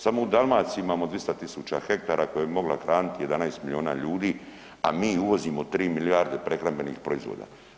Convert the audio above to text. Samo u Dalmaciji imamo 200 000 hektara koja bi mogla hraniti 11 milijona ljudi, a mi uvozimo 3 milijarde prehrambenih proizvoda.